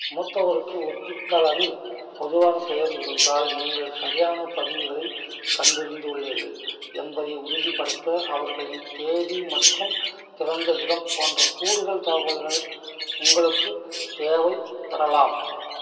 மூத்தவருக்கு ஒப்பீட்டளவில் பொதுவான பெயர் இருந்தால் நீங்கள் சரியான பதிவுகளை கண்டறிந்துள்ளீர்கள் என்பதை உறுதிப்படுத்த அவர்களின் தேதி மற்றும் பிறந்த இடம் போன்ற கூடுதல் தகவல்கள் உங்களுக்குத் தேவைப்படலாம்